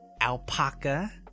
Alpaca